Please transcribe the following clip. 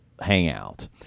hangout